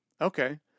Okay